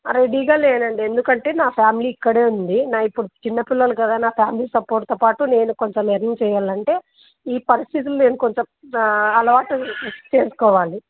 రెడీగా లేనండి ఎందుకంటే నా ఫ్యామిలీ ఇక్కడే ఉంది నా ఇప్పుడు చిన్నపిల్లలు కదా నా ఫ్యామిలీ సపోర్ట్తో పాటు నేను కొంచెం ఎర్న్ చేయాలంటే ఈ పరిస్థితులు నేను కొంచెం అలవాటు చేసుకోవాలి